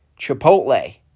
Chipotle